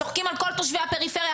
צוחקים על כל תושבי הפריפריה,